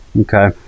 Okay